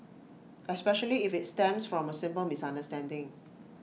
especially if IT stems from A simple misunderstanding